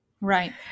Right